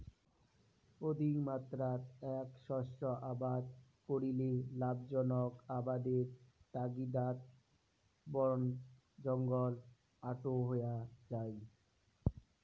অধিকমাত্রাত এ্যাক শস্য আবাদ করিলে লাভজনক আবাদের তাগিদাত বনজঙ্গল আটো হয়া যাই